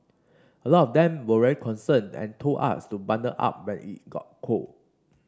a lot of them were very concerned and told us to bundle up when it got cold